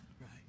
Right